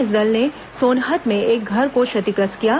इस दल ने सोनहत में एक घर को क्षतिग्रस्त किया है